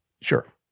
Sure